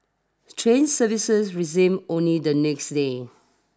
train services resumed only the next day